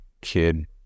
kid